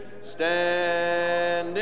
standing